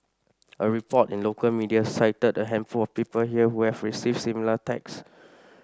a report in local media cited a handful of people here who have received similar texts